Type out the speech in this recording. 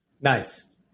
Nice